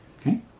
Okay